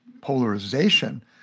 polarization